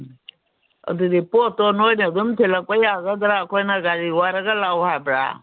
ꯑꯗꯨꯗꯤ ꯄꯣꯠꯇꯣ ꯅꯣꯏꯅ ꯑꯗꯨꯝ ꯊꯤꯜꯂꯛꯄ ꯌꯥꯒꯗ꯭ꯔꯥ ꯑꯩꯈꯣꯏꯅ ꯒꯥꯔꯤ ꯋꯥꯏꯔꯒ ꯂꯥꯛꯎ ꯍꯥꯏꯕ꯭ꯔꯥ